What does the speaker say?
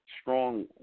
strong